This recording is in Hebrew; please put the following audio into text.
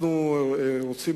אנחנו רוצים